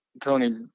Tony